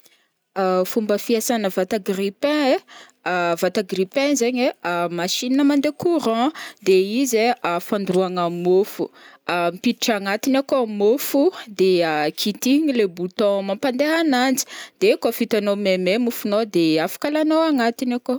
Fomba fiasana vata grille pain ai vata grille pain zegny ai machine mandeha courant de izy ai fandoroagna môfo ampiditra agnatiny akao môfo de kitihigny le bouton mampandeha ananjy de kaofa itanao maimay mofonao de afaka alainao agnatiny akao.